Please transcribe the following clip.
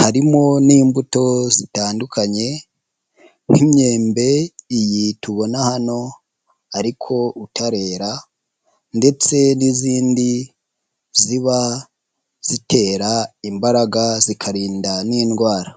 harimo n'imbuto zitandukanye, nk'imyembe iyi tubona hano, ariko utarera, ndetse n'izindi ziba zitera imbaraga zikarinda n'indwara.